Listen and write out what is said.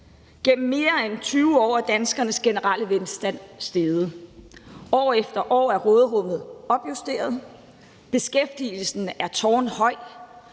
Gennem mere end 20 år er danskernes generelle velstand steget. År efter år er råderummet opjusteret. Beskæftigelsen er tårnhøj.